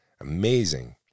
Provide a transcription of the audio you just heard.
amazing